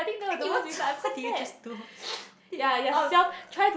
eh 你玩臭 what did you just do you oh